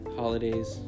holidays